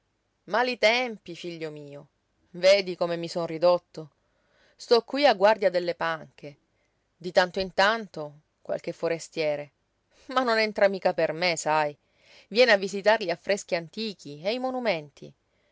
mali tempi figlio mio vedi come mi son ridotto sto qui a guardia delle panche di tanto in tanto qualche forestiere ma non entra mica per me sai viene a visitar gli affreschi antichi e i monumenti